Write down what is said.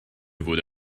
wurde